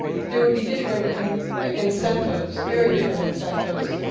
there would be different and ah incentives, very different incentives.